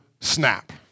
snap